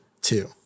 two